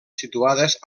situades